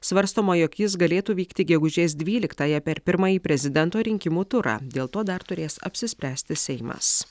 svarstoma jog jis galėtų vykti gegužės dvyliktąją per pirmąjį prezidento rinkimų turą dėl to dar turės apsispręsti seimas